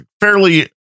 fairly